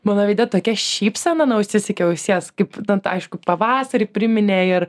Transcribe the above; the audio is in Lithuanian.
mano veide tokia šypsena nuo ausies iki ausies kaip vat aišku pavasarį priminė ir